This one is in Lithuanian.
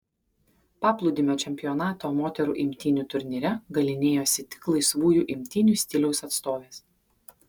paplūdimio čempionato moterų imtynių turnyre galynėjosi tik laisvųjų imtynių stiliaus atstovės